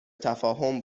تفاهم